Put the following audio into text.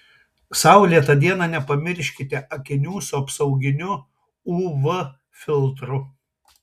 saulėtą dieną nepamirškite akinių su apsauginiu uv filtru